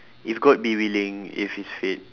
if god be willing if it's fate